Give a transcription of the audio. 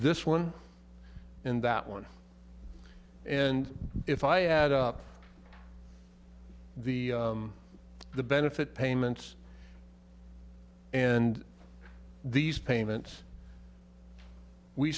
this one and that one and if i add up the the benefit payments and these payments we